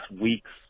week's